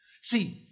See